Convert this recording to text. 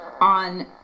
on